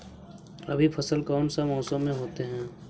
रवि फसल कौन सा मौसम में होते हैं?